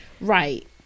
Right